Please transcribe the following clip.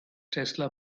tesla